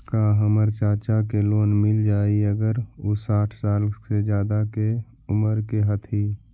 का हमर चाचा के लोन मिल जाई अगर उ साठ साल से ज्यादा के उमर के हथी?